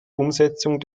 umsetzung